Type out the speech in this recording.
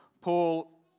Paul